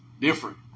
different